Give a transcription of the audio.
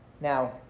Now